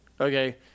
Okay